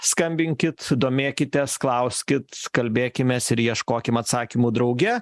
skambinkit domėkitės klauskit kalbėkimės ir ieškokim atsakymų drauge